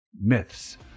Myths